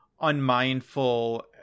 unmindful